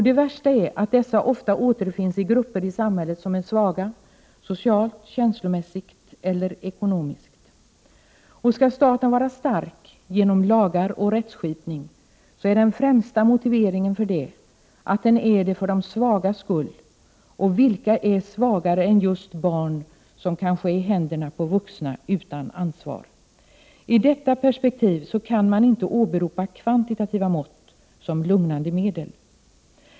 Det värsta är att dessa barn ofta återfinns i grupper i samhället som är svaga — socialt, känslomässigt eller ekonomiskt. Om staten genom lagar och rättsskipning skall vara stark, motiveras det främst av att det är för de svagas skull. Och vilka är svagare än just barn som kanske är i händerna på vuxna utan ansvar? I detta perspektiv kan man inte åberopa kvantitativa mått som lugnande medel.